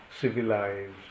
civilized